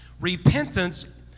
Repentance